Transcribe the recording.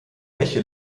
bäche